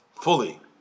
fully